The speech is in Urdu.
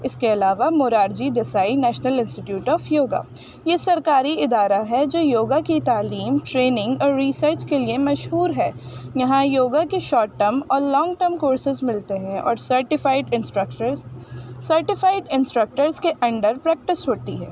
اس کے علاوہ Morarji Desai National Institute of Yoga یہ سرکاری ادارہ ہے جو یوگا کی تعلیم ٹریننگ اور ریسرچ کے لیے مشہور ہے یہاں یوگا کے شارٹ ٹرم اور لانگ ٹرم کورسز ملتے ہیں اور سرٹیفائیڈ انسٹرکٹر سرٹیفائیڈ انسٹرکٹرز کے انڈر پریکٹس ہوتی ہے